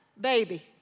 baby